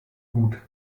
gut